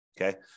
okay